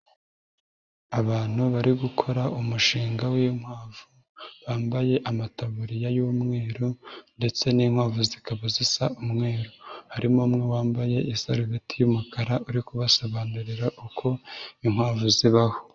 Abantu bari gukora umushinga w'inkwavu, bambaye amataburiya y'umweru ndetse n'inkwavu zikaba zisa umweru, harimo umwe wambaye isarubeti y'umukara uri kubasobanurira uko inkwavu zibaho.